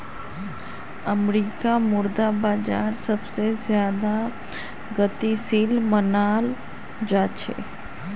अमरीकार मुद्रा बाजार सबसे ज्यादा गतिशील मनाल जा छे